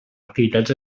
activitats